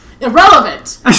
irrelevant